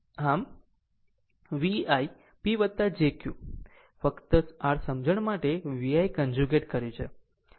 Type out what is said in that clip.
આમ VI P jQ ફક્ત r સમજણ માટે VI કન્જુગેટ કર્યું છે